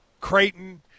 Creighton